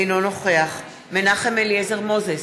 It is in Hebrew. אינו נוכח מנחם אליעזר מוזס,